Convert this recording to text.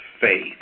faith